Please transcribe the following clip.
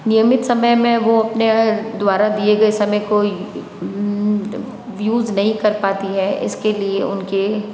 नियमित समय में वो अपने द्वारा दिए गए समय को यूज़ नहीं कर पाती हैं इसके लिए उनके